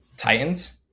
Titans